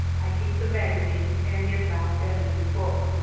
i keep the magazines, and get now' and then a new book.